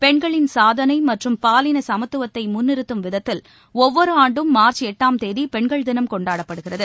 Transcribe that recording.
பெண்களின் சாதனை மற்றும் பாலின சமத்துவத்தை முன்னிறுத்தும் விதத்தில் ஒவ்வொரு ஆண்டும் மார்ச் எட்டாம் தேதி பெண்கள் தினம் கொண்டாடப்படுகிறது